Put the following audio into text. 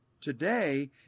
Today